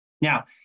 Now